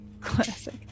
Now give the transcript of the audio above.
Classic